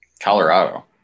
Colorado